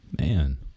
man